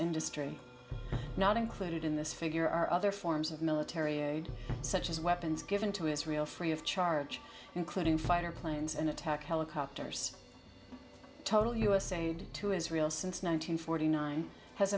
industry not included in this figure are other forms of military aid such as weapons given to israel free of charge including fighter planes and attack helicopters total us aid to israel since nine hundred forty nine has